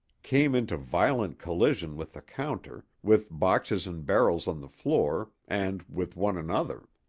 came into violent collision with the counter, with boxes and barrels on the floor, and with one another.